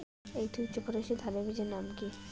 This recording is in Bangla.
একটি উচ্চ ফলনশীল ধানের বীজের নাম কী?